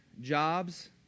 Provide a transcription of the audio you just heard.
jobs